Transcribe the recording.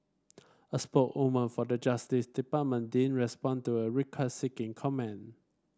a spokeswoman for the Justice Department didn't respond to a request seeking comment